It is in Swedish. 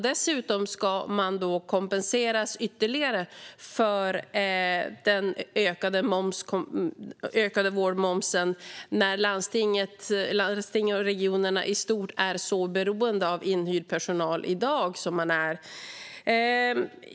Dessutom ska de alltså kompenseras ytterligare för den ökade vårdmomsen när landsting och regioner är så beroende av inhyrd personal som de är i dag.